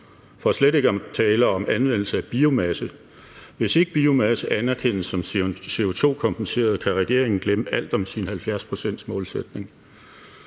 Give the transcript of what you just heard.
For slet ikke at tale om anvendelse af biomasse – hvis ikke biomasse anerkendes som CO2-kompenseret, kan regeringen glemme alt om sin 70-procentsmålsætning.